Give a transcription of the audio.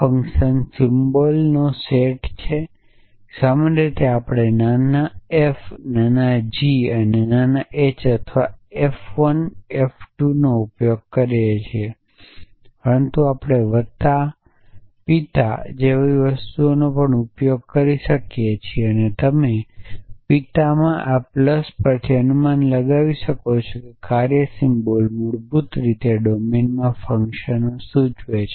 function સિમ્બોલનો set છે સામાન્ય રીતે આપણે નાના f નાના gનાના h અથવા f 1 f 2 નો ઉપયોગ કરીએ છીએ પરંતુ આપણે વત્તા પિતા જેવી વસ્તુઓનો પણ ઉપયોગ કરી શકીએ છીએ અને તમે પિતામાં આ પ્લસ પરથી અનુમાન લગાવી શકો છો કે કાર્ય સિમ્બોલ મૂળભૂત રીતે ડોમેનમાં ફંક્શન સૂચવે છે